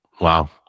Wow